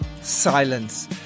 Silence